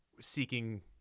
seeking